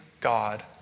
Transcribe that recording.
God